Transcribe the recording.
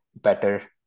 better